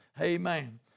Amen